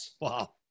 Wow